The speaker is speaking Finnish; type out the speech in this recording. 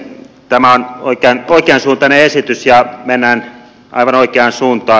tämä on oikean suuntainen esitys ja mennään aivan oikeaan suuntaan